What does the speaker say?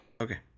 Okay